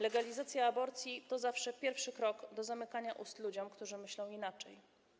Legalizacja aborcji to zawsze pierwszy krok do zamykania ust ludziom, którzy myślą inaczej.